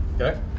Okay